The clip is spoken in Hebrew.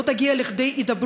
לא תגיע להידברות,